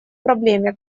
проблеме